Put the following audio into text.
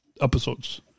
episodes